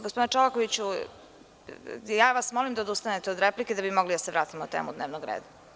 Gospodine Čolakoviću, molim vas da odustanete od replike, da bismo mogli da se vratimo na temu dnevnog reda.